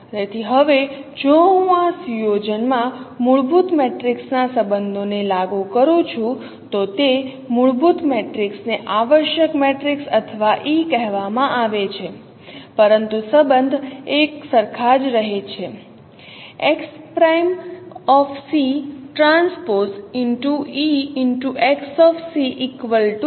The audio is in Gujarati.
તેથી હવે જો હું આ સુયોજનમાં મૂળભૂત મેટ્રિક્સના સંબંધોને લાગુ કરું છું તો તે મૂળભૂત મેટ્રિક્સને આવશ્યક મેટ્રિક્સ અથવા E કહેવામાં આવે છે પરંતુ સંબંધ એકસરખા જ રહે છે